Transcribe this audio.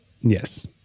yes